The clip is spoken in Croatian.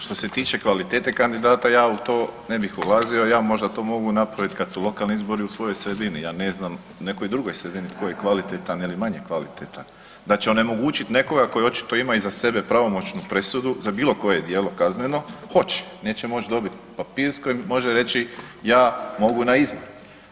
Što se tiče kvalitete kandidata ja u to ne bih ulazio, ja to možda mogu napraviti kad su lokalni izbori u svojoj sredini, ja ne znam u nekoj drugoj sredini tko je kvalitetan ili manje kvalitetan, da će onemogućiti nekoga koji očito ima iza sebe pravomoćnu presudu za bilo koje djelo kazneno, hoće, neće moć dobiti papir s kojim može reći ja mogu na izbore.